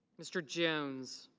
mr. jones.